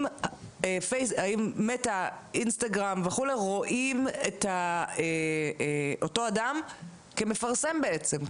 האם "מטא" אינסטגרם וכו' רואים את אותו אדם כמפרסם בעצם,